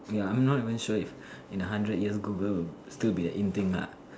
ya I'm not even sure if in a hundred years Google will still be a in thing lah